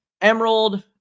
emerald